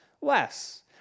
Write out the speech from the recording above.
less